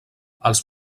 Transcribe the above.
els